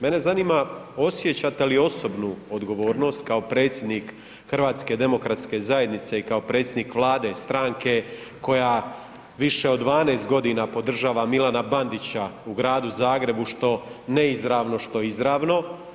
Mene zanima osjećate li osobnu odgovornost kao predsjednik HDZ-a i kao predsjednik vlade i stranke koja više od 12.g. podržava Milana Bandića u Gradu Zagrebu, što neizravno, što izravno?